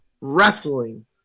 wrestling